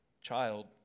child